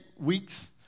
weeks